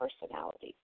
personality